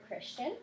Christian